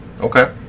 Okay